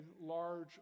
large